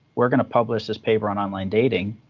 we're going to publish this paper on online dating.